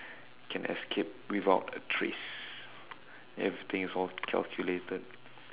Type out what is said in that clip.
can escape without a trace everything is all calculated